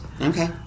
Okay